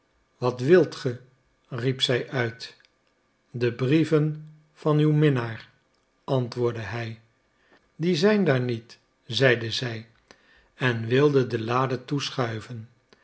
wat wilt ge riep zij uit de brieven van uw minnaar antwoordde hij die zijn daar niet zeide zij en wilde de lade